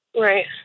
Right